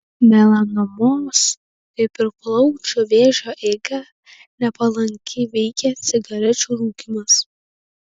melanomos kaip ir plaučių vėžio eigą nepalankiai veikia cigarečių rūkymas